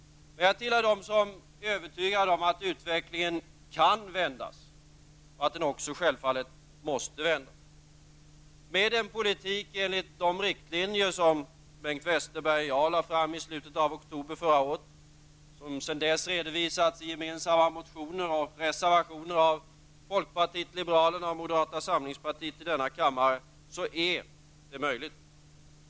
Jag tillhör dem som är övertygade om att utvecklingen kan vändas -- och självfallet också att den måste vändas. Med en politik enligt de riktlinjer som Bengt Westerberg och jag lade fram i slutet av oktober förra året och som sedan dess redovisats i gemensamma motioner och reservationer av folkpartiet liberalerna och moderata samlingspartiet i denna kammare är det möjligt.